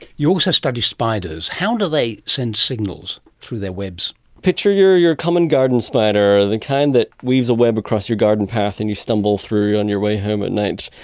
you also study spiders. how do they send signals through their webs? picture your your common garden spider, the kind that weaves a web across your garden path and you stumble through on your way home at night.